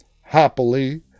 happily